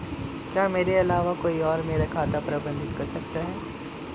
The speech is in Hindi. क्या मेरे अलावा कोई और मेरा खाता प्रबंधित कर सकता है?